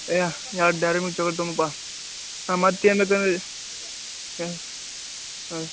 ಏ ಎರಡು Dairy Milk chocolate ತಗೋಬಾ ಹಾಂ ಮತ್ತು ಏನದ ಹಾಂ ಹಾಂ